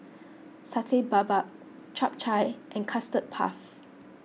Satay Babat Chap Chai and Custard Puff